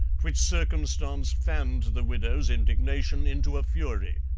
which circumstance fanned the widow's indignation into a fury.